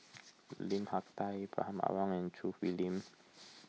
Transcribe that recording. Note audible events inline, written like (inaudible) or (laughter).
(noise) Lim Hak Tai Ibrahim Awang and Choo Hwee Lim